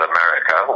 America